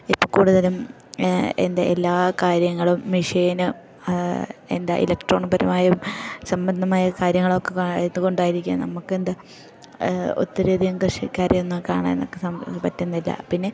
ഇപ്പം കൂടുതലും എന്തെ എല്ലാ കാര്യങ്ങളും മഷീൻ എന്താ ഇലക്ട്രോണിക് പരമായും സംബന്ധമായ കാര്യങ്ങളൊക്കെ ആയതു കൊണ്ടായിരിക്കും നമുക്കെന്താ ഒത്തിരിയധികം കൃഷിക്കാരെയൊന്നും കാണാമെന്നൊക്കെ പറ്റുന്നില്ല പിന്നെ